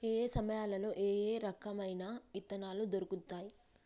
ఏయే సమయాల్లో ఏయే రకమైన విత్తనాలు దొరుకుతాయి?